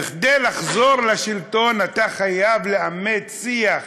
שכדי לחזור לשלטון אתה חייב לאמץ שיח